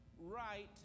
right